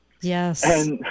Yes